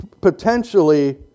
potentially